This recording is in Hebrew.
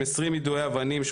20 יידויי אבנים,